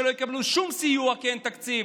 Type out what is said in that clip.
שלא יקבלו שום סיוע כי אין תקציב?